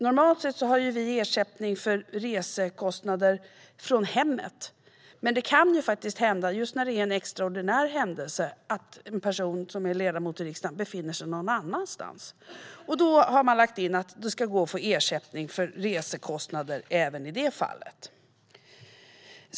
Normalt sett har vi rätt till ersättning för resekostnader från hemmet. Men när det gäller en extraordinär händelse kan det hända att en ledamot befinner sig någon annanstans. Då har man lagt in att det ska gå att få ersättning för resekostnader även i det fallet.